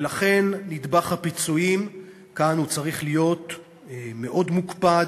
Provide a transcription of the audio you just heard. ולכן, נדבך הפיצויים כאן צריך להיות מאוד מוקפד.